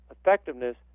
effectiveness